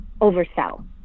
oversell